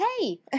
hey